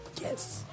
Yes